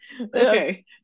Okay